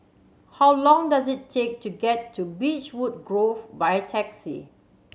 how long does it take to get to Beechwood Grove by taxi